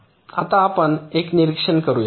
आता आपण एक निरीक्षण करूया